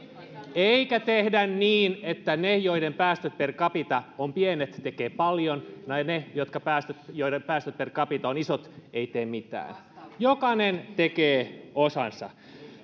eikä tehdä niin että ne joiden päästöt per capita ovat pienet tekevät paljon tai ne joiden päästöt per capita ovat isot eivät tee mitään jokainen tekee osansa